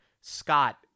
Scott